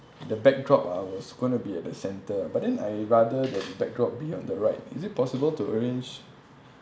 the backdrop uh was going to be at the centre but then I rather that backdrop be on the right is it possible to arrange